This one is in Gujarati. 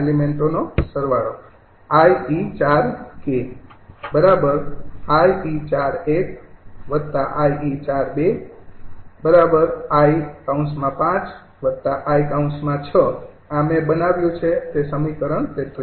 𝑖𝑒૪૧𝑖𝑒૪૨ 𝑖૫𝑖૬ આ મેં બનાવ્યું છે સમીકરણ ૩૩